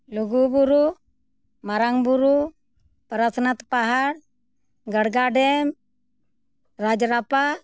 ᱞᱩᱜᱩᱵᱩᱨᱩ ᱢᱟᱨᱟᱝ ᱵᱩᱨᱩ ᱯᱟᱨᱮᱥᱱᱟᱛᱷ ᱯᱟᱦᱟᱲ ᱜᱟᱲᱜᱟ ᱰᱮᱢ ᱨᱟᱡᱽᱨᱟᱯᱟ